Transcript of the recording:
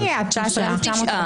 איפה התשעה?